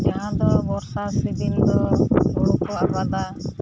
ᱡᱟᱦᱟᱸᱫᱚ ᱵᱚᱨᱥᱟ ᱥᱤᱡᱤᱱ ᱨᱮᱫᱚ ᱦᱩᱲᱩᱠᱚ ᱟᱵᱟᱫᱟ